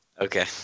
Okay